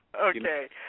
Okay